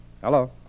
Hello